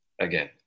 again